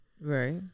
Right